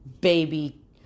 baby